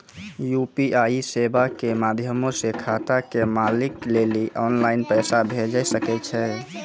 UPI सेबा के माध्यमो से खाता के मालिक लेली आनलाइन पैसा भेजै सकै छो